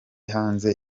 hanze